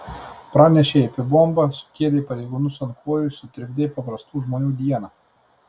pranešei apie bombą sukėlei pareigūnus ant kojų sutrikdei paprastų žmonių dieną